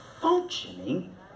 functioning